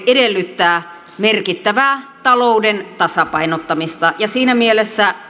edellyttää merkittävää talouden tasapainottamista ja siinä mielessä